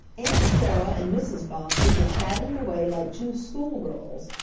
aunt sarah and mrs. bobbsey were chatting away like two schoolgirls,